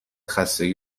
خستگی